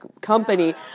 company